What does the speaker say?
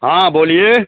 हाँ बोलिए